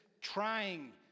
trying